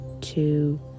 two